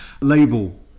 label